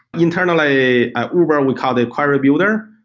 internally at uber we call the query builder,